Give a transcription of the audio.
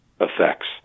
effects